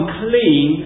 clean